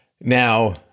Now